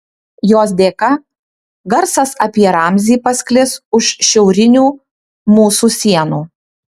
jos dėka garsas apie ramzį pasklis už šiaurinių mūsų sienų